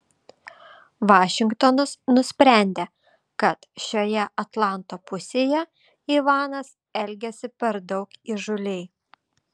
vašingtonas nusprendė kad šioje atlanto pusėje ivanas elgiasi per daug įžūliai